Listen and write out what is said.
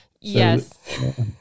Yes